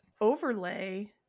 overlay